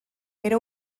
era